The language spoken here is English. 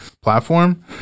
platform